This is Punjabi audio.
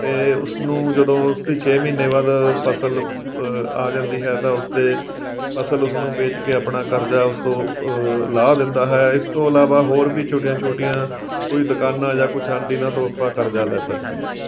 ਅਤੇ ਉਸਨੂੰ ਜਦੋਂ ਉਸਦੀ ਛੇ ਮਹੀਨੇ ਬਾਅਦ ਫਸਲ ਆ ਜਾਂਦੀ ਹੈ ਤਾਂ ਉਸਦੇ ਫਸਲ ਉਸ ਨੂੰ ਵੇਚ ਕੇ ਆਪਣਾ ਕਰਜ਼ਾ ਉਸ ਤੋਂ ਲਾਹ ਦਿੰਦਾ ਹੈ ਇਸ ਤੋਂ ਇਲਾਵਾ ਹੋਰ ਵੀ ਛੋਟੀਆਂ ਛੋਟੀਆਂ ਕੋਈ ਦੁਕਾਨਾਂ ਜਾਂ ਕੁਝ ਆਂਡੀਨਾ ਤੋਂ ਆਪਾਂ ਕਰਜ਼ਾ ਲੈ ਸਕਦੇ ਹਾਂ